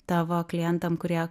tavo klientam kurie